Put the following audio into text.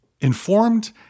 informed